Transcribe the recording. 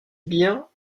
bien